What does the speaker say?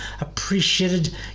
appreciated